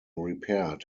repaired